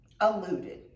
alluded